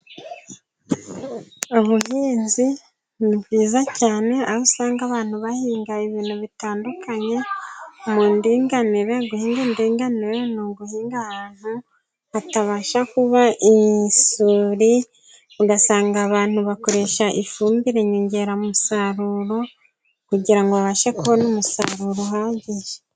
Ubuhinzi ni bwiza cyane aho usanga abantu bahinga ibintu bitandukanye mu ndinganire, guhinga indinganire ni uguhinga ahantu hatabasha kuba isuri, ugasanga abantu bakoresha ifumbire nyongeramusaruro kugira ngo babashe kubona umusaruro uhagije.